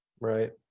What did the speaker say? right